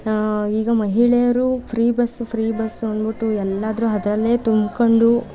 ಈಗ ಮಹಿಳೆಯರು free bus free bus ಅಂದ್ಬಿಟ್ಟು ಎಲ್ಲಾದ್ರೂ ಅದರಲ್ಲೇ ತುಂಬಿಕೊಂಡು